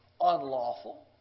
unlawful